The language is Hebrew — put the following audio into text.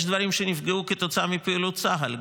יש דברים שנפגעו כתוצאה מפעילות צה"ל.